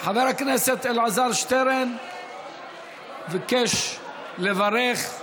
חבר הכנסת אלעזר שטרן ביקש לברך.